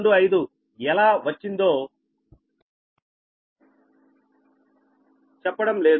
25 ఎలా వచ్చిందో చెప్పడం లేదు